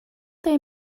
they